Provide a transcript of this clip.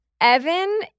Evan